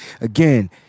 again